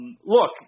look